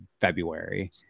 February